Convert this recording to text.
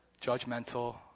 judgmental